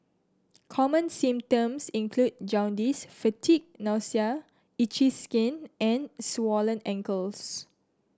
common symptoms include jaundice fatigue nausea itchy skin and swollen ankles